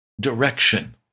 direction